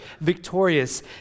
victorious